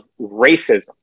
racism